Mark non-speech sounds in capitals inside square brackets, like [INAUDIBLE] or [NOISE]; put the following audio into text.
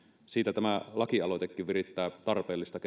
siitä tämä lakialoitekin virittää tarpeellista [UNINTELLIGIBLE]